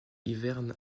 hiverne